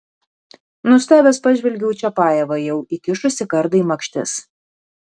nustebęs pažvelgiau į čiapajevą jau įkišusį kardą į makštis